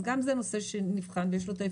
אז גם זה נושא שנבחן ויש לו את האפשרות,